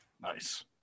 Nice